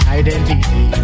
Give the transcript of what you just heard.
identity